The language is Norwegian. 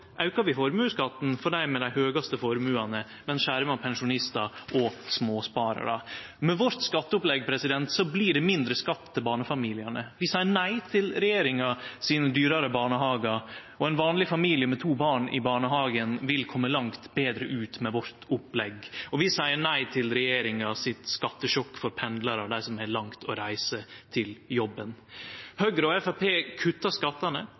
aukar vi formuesskatten for dei med dei høgaste formuane, men skjermar pensjonistar og småspararar. Med skatteopplegget vårt blir det mindre skatt til barnefamiliane. Vi seier nei til regjeringa sine dyrare barnehagar, og ein vanleg familie med to barn i barnehagen vil kome langt betre ut med vårt opplegg. Vi seier nei til regjeringa sitt skattesjokk for pendlarar og dei som har langt å reise til jobben. Høgre og Framstegspartiet kuttar skattane